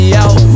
out